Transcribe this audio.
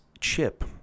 chip